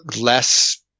less